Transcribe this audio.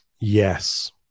Yes